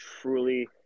truly